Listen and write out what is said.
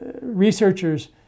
researchers